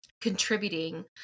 contributing